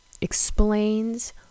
explains